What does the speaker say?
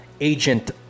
agent